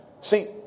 See